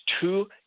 two